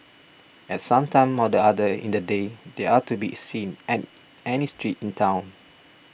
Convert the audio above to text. at some time or the other in the day they are to be seen an any street in town